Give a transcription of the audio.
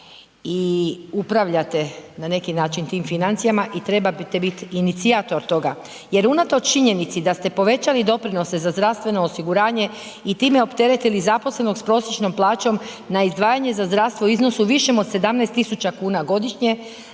i upravljate na neki način tim financijama i trebate bit inicijator toga jer unatoč činjenici da ste povećali doprinose za zdravstveno osiguranje i time opteretili zaposlenog s prosječnom plaćom na izdvajanje za zdravstvo u iznosu višem od 17.000,00 kn godišnje,